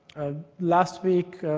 last week,